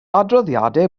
adroddiadau